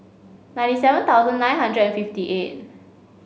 ninety seven thousand nine hundred and fifty eight